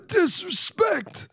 disrespect